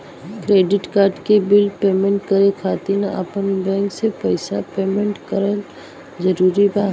Credit card के bill payment करे खातिर आपन बैंक से पईसा पेमेंट करल जरूरी बा?